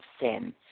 sin